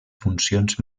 funcions